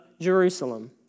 Jerusalem